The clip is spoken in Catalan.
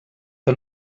que